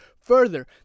further